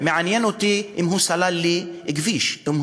מעניין אותי אם הוא סלל לי כביש או אם